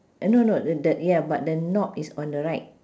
eh no no th~ that ya but the knob is on the right